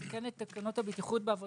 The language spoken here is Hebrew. לתקן את תקנות הבטיחות בעבודה,